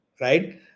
right